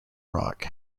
rock